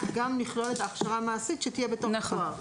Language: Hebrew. לכלול גם את ההכשרה המעשית שתהיה בתום התואר.